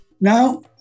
Now